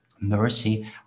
mercy